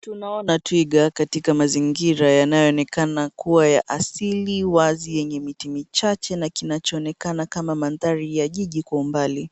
Tunaona twiga katika mazingira yanayoonekana kuwa ya asili, wazi, yenye miti michache na kinachoonekana kama mandhari ya jiji kwa umbali.